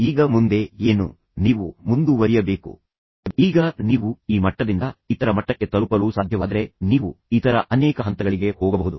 ಈಗ ಮುಂದೆ ಏನು ನೀವು ಮುಂದುವರಿಯಬೇಕು ಈಗ ನೀವು ಈ ಮಟ್ಟದಿಂದ ಇತರ ಮಟ್ಟಕ್ಕೆ ತಲುಪಲು ಸಾಧ್ಯವಾದರೆ ನೀವು ಇತರ ಅನೇಕ ಹಂತಗಳಿಗೆ ಹೋಗಬಹುದು